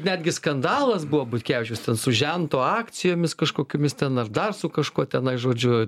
netgi skandalas buvo butkevičiaus ten su žento akcijomis kažkokiomis ten ar dar su kažkuo tenai žodžiu